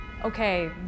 okay